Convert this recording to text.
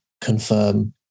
confirm